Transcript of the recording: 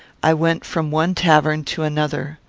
i went from one tavern to another.